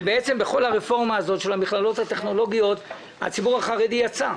ובכל הרפורמה הזאת של המכללות הטכנולוגיות הציבור החרדי יצא,